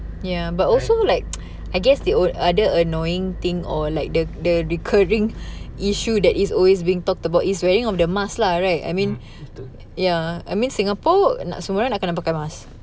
mm